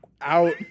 out